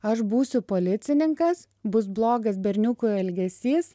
aš būsiu policininkas bus blogas berniukų elgesys